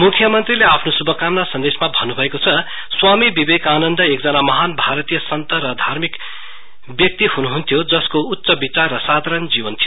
मुख्यमन्त्रीले आफ्नो शुभाकामना संदेशमा भन्नुभएको छ स्वामी विवेकानन्द एकजना महान भारतीय सन्त र धार्मिक व्यक्ति हुनुहुन्थ्यो जसको उच्च विचार र साधारण जीवन थियो